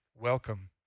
welcome